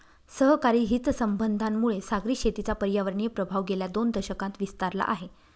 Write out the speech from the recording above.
सरकारी हितसंबंधांमुळे सागरी शेतीचा पर्यावरणीय प्रभाव गेल्या दोन दशकांत विस्तारला आहे